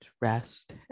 rest